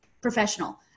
professional